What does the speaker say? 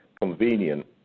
convenient